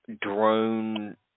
drone